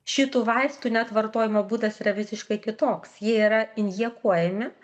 šitų vaistų net vartojimo būdas yra visiškai kitoks jie yra injekuojami